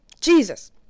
Jesus